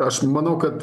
aš manau kad